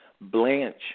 blanch